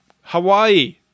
Hawaii